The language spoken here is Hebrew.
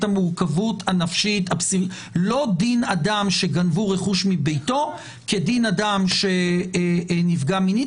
המורכבות הנפשית לא דין אדם שגנבו רכוש מביתו כדין אדם שנפגע מינית,